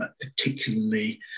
particularly